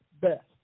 best